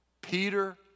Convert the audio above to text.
Peter